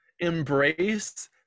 embrace